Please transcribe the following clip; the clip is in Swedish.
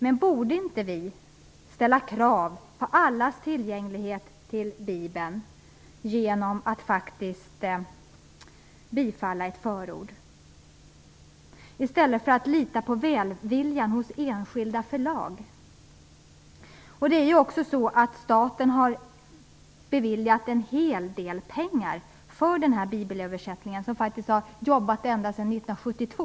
Men borde inte vi ställa krav på bibelns tillgänglighet för alla genom att bifalla yrkandet om ett förord, i stället för att lita till välviljan hos enskilda förlag? Staten har beviljat en hel del pengar för bibelöversättningen, som man har arbetat med sedan år 1972.